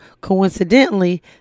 Coincidentally